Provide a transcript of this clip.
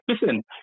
listen